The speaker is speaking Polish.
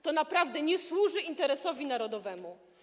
To naprawdę nie służy interesowi narodowemu.